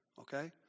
okay